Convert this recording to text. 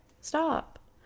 Stop